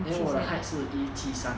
then 我的 height 是一七三